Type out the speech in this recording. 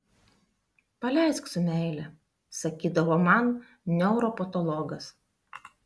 paleisk su meile sakydavo man neuropatologas